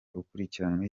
ukurikiranyweho